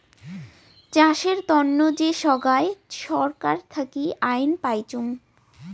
চাষের তন্ন যে সোগায় ছরকার থাকি আইন পাইচুঙ